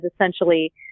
essentially